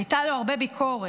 הייתה לו הרבה ביקורת.